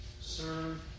serve